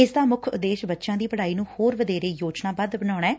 ਇਸ ਦਾ ਮੁੱਖ ਉਦੇਸ਼ ਬੱਚਿਆਂ ਦੀ ਪੜਾਈ ਨੰ ਹੋਰ ਵਧੇਰੇ ਯੋਜਨਾਬੱਧ ਬਣਾਉਣਾ ਐ